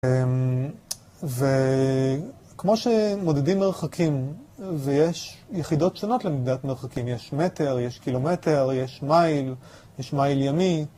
וכמו שמודדים מרחקים ויש יחידות שונות למדידת מרחקים, יש מטר, יש קילומטר, יש מייל, יש מייל ימי